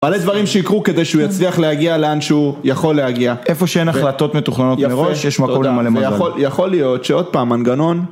מלא דברים שיקרו כדי שהוא יצליח להגיע לאן שהוא יכול להגיע איפה שאין החלטות מתוכננות מראש יש מקום למעלה מזל יכול להיות שעוד פעם מנגנון